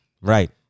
Right